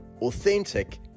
authentic